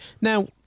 Now